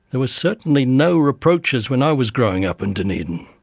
and were certainly no reproaches when i was growing up in dunedin,